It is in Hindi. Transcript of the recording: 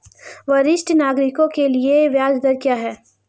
वरिष्ठ नागरिकों के लिए ब्याज दर क्या हैं?